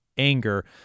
anger